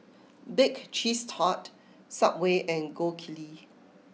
Bake Cheese Tart Subway and Gold Kili